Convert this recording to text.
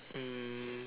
um